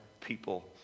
people